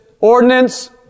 ordinance